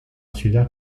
ciudad